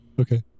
Okay